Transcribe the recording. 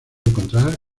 encontrar